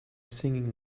singing